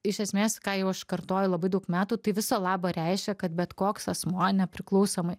iš esmės ką jau aš kartoju labai daug metų tai viso labo reiškia kad bet koks asmuo nepriklausomai